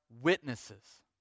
witnesses